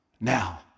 Now